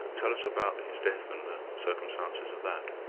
tell us about his death and the circumstances of that.